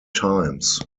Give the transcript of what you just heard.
times